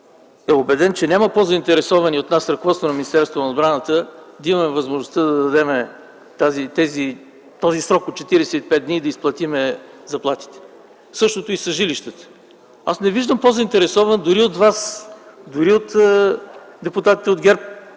е убеден, че няма по-заинтересовани от нас – ръководството на Министерството на отбраната, да имаме възможността да дадем този срок от 45 дни да изплатим заплатите. Същото е и с жилищата. Аз не виждам по-заинтересован дори от Вас, дори от депутатите от ГЕРБ.